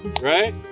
Right